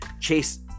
chase